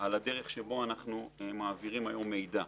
על הדרך בה אנחנו מעבירים היום מידע.